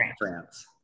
France